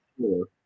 sure